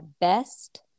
best